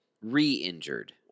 re-injured